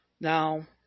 Now